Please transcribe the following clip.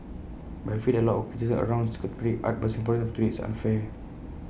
but I feel that A lot of the criticism around contemporary art by Singaporeans today is unfair